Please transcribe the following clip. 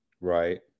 Right